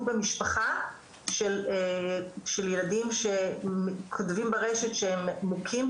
במשפחה של ילדים שכותבים ברשת שהם מוכים,